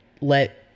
let